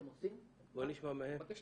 בבקשה.